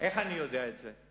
איך אני יודע את זה,